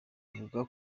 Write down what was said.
avuga